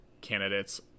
candidates